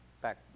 back